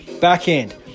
backhand